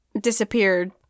disappeared